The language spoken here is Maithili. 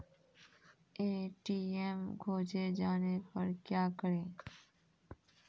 ए.टी.एम खोजे जाने पर क्या करें?